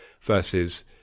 versus